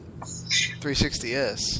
360s